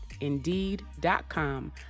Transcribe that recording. Indeed.com